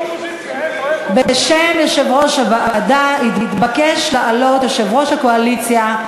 בשם יושב-ראש הוועדה התבקש לעלות יושב-ראש הקואליציה,